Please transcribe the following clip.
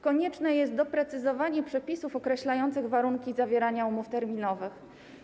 Konieczne jest doprecyzowanie przepisów określających warunki zawierania umów terminowych.